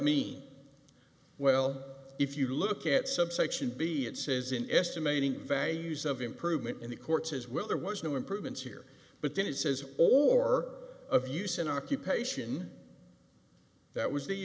mean well if you look at subsection b it says in estimating values of improvement in the courts as well there was no improvements here but then it says or of use an occupation that was the